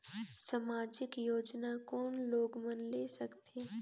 समाजिक योजना कोन लोग मन ले सकथे?